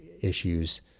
issues